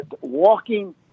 walking